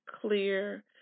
clear